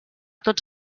tots